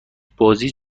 بازی